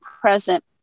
present